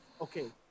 Okay